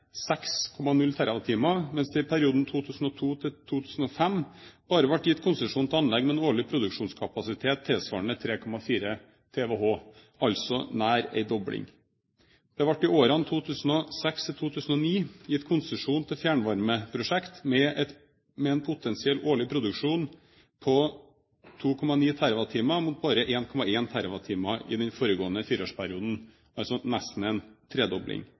6,0 TWh, mens det i perioden 2002–2005 bare ble gitt konsesjon til anlegg med en årlig produksjonskapasitet tilsvarende 3,4 TWh, altså nær en dobling. Det ble i årene 2006–2009 gitt konsesjon til fjernvarmeprosjekt med en potensiell årlig produksjon på 2,9 TWh, mot bare 1,1 TWh i den foregående fireårsperioden, altså nesten en tredobling.